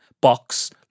box